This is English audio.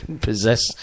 possess